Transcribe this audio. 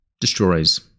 destroys